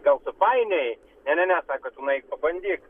gal supainiojai ne ne ne sako tu nueik pabandyk